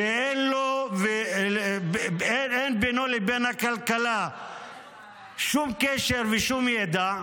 שאין בינו לבין הכלכלה שום קשר ושום ידע,